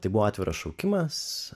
tai buvo atviras šaukimas